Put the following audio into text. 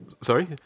Sorry